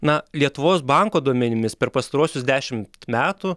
na lietuvos banko duomenimis per pastaruosius dešimt metų